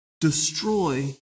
destroy